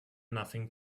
nothing